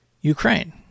Ukraine